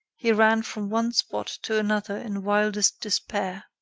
he ran from one spot to another in wildest despair.